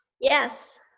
Yes